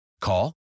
Call